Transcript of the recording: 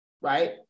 right